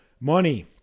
money